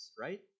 right